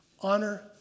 Honor